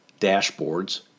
dashboards